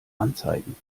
anzeigen